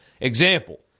Example